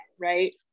Right